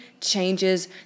changes